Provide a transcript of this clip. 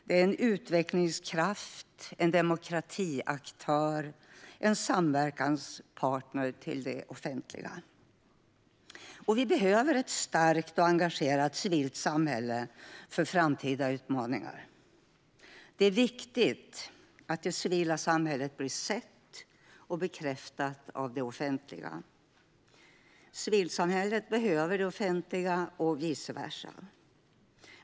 Det är en utvecklingskraft, en demokratiaktör och en samverkanspartner till det offentliga. Vi behöver ett starkt och engagerat civilt samhälle för framtida utmaningar. Det är viktigt att det civila samhället blir sett och bekräftat av det offentliga. Civilsamhället behöver det offentliga och vice versa.